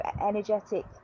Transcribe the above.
energetic